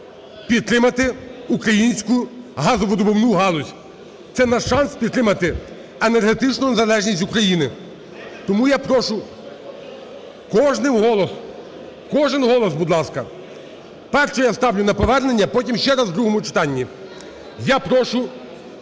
підтримати українську газовидобувну галузь, це наш шанс підтримати енергетичну незалежність України. Тому я прошу кожний голос, кожен голос, будь ласка. Перше. Я ставлю на повернення, потім ще раз в другому читанні. Я прошу